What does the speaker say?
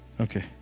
Okay